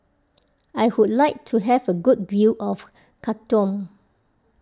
I would like to have a good view of Khartoum